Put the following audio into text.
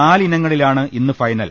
നാലിനങ്ങളിലാണ് ഇന്ന് ഫൈനൽ